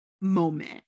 moment